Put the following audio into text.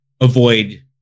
avoid